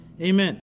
Amen